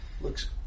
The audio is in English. looks